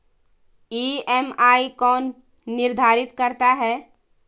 EMI कौन निर्धारित करता है?